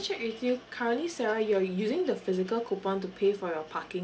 check with you currently sarah you are using the physical coupon to pay for your parking